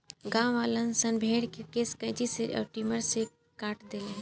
गांववालन सन भेड़ के केश कैची अउर ट्रिमर से काट देले